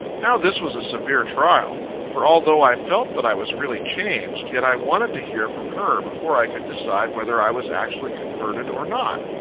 now, this was a severe trial for, although i felt that i was really changed, yet i wanted to hear from her, before i could decide whether i was actually converted, or not.